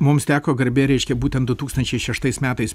mums teko garbė reiškia būtent du tūkstančiai šeštais metais